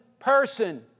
Person